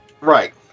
Right